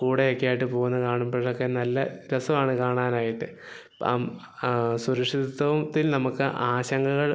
കൂട ഒക്കെയായിട്ട് പോവുന്നതു കാണുമ്പോഴൊക്കെ നല്ല രസമാണ് കാണാനായിട്ട് അപ്പോള് സുരക്ഷിതത്വത്തിൽ നമുക്ക് ആശങ്കകൾ